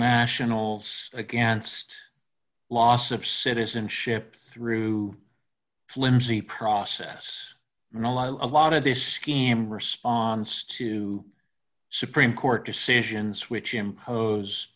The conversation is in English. nationals against loss of citizenship through flimsy process a lot of this scheme response to supreme court decisions which impose